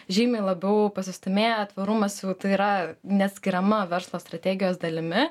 žymiai labiau pasistūmėję tvarumas tai yra neatskiriama verslo strategijos dalimi